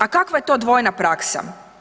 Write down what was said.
A kakva je to dvojna praksa?